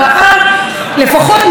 לפחות מה שהציבור רוצה,